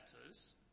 letters